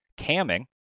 camming